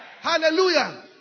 Hallelujah